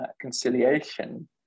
conciliation